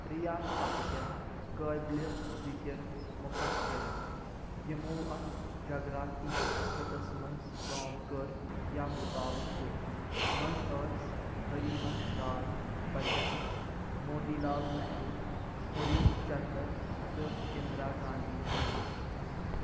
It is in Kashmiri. ریاستہٕ کٮ۪ن قٲبلہِ ذکِر مُفكِرن یمو اتھ جغرٲفی خٔطس منٛز کٲم کٔر یا مطعلہٕ كو٘ر منٛز ٲسۍ ہری ونش راے بچن موتی لال نہرو ہریش چندر تہٕ اندرا گاندھی شٲمِل